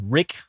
Rick